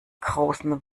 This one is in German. großen